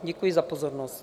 Děkuji za pozornost.